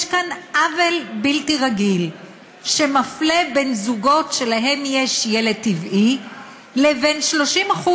יש כאן עוול בלתי רגיל שמפלה בין זוגות שלהם יש ילד טבעי לבין 30%,